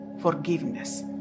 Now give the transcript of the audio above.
forgiveness